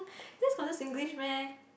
this counted Singlish meh